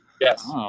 Yes